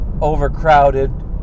overcrowded